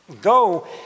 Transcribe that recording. Go